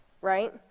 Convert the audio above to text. right